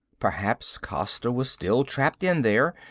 perhaps costa was still trapped in there.